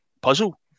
puzzle